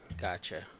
Gotcha